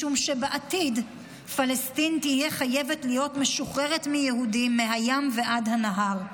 משום שבעתיד פלסטין תהיה חייבת להיות משוחררת מיהודים מהים עד הנהר.